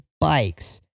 bikes